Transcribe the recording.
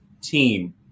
team